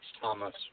Thomas